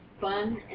fun